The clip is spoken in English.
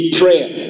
prayer